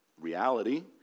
reality